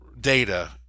data